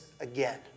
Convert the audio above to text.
again